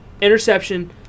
interception